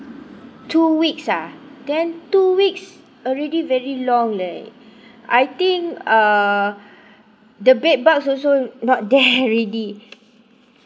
two weeks ah then two weeks already very long leh I think uh the bed bugs also not there already